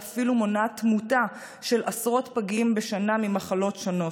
ואפילו מונעת תמותה של עשרות פגים בשנה ממחלות שונות.